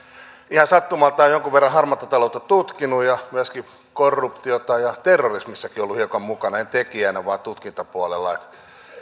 ihan sattumalta olen jonkun verran harmaata taloutta tutkinut ja myöskin korruptiota ja terrorismissakin ollut hiukan mukana en tekijänä vaan tutkintapuolella niin että